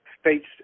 state's